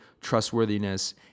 trustworthiness